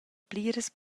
pliras